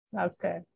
Okay